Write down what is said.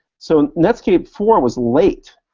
so netscape four was late,